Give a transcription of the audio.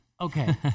Okay